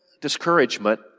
discouragement